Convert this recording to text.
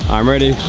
i'm ready.